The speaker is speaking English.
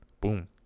Boom